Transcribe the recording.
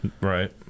Right